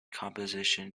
composition